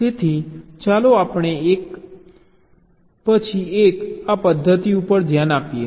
તેથી ચાલો આપણે એક પછી એક આ પદ્ધતિઓ ઉપર ધ્યાન આપીએ